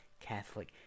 catholic